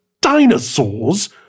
dinosaurs